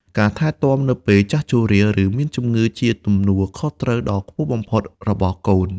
ការថែទាំនៅពេលចាស់ជរា ឬមានជម្ងឺជាទំនួលខុសត្រូវដ៏ខ្ពស់បំផុតរបស់កូន។